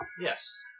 yes